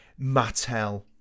Mattel